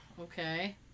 okay